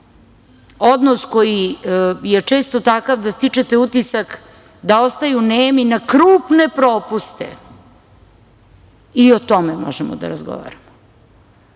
odnos koji je često takav da stičete utisak da ostaju nemi na krupne propuste, i o tome možemo da razgovaramo,